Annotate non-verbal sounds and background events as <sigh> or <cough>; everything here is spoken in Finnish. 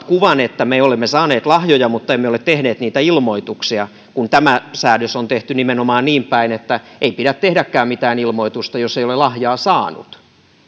<unintelligible> kuvan että me olemme saaneet lahjoja mutta emme ole tehneet niitä ilmoituksia kun tämä säädös on tehty nimenomaan niinpäin että ei pidä tehdäkään mitään ilmoitusta jos ei ole lahjaa saanut